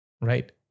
Right